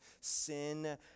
sin